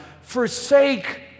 Forsake